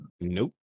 Nope